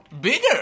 Bigger